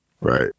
Right